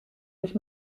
nicht